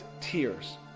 tears